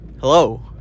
Hello